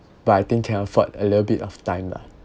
but I think can afford a little bit of time lah